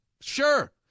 Sure